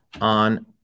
on